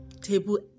table